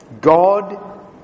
God